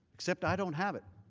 except i don't have it.